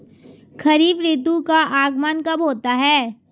खरीफ ऋतु का आगमन कब होता है?